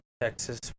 Texas